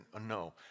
No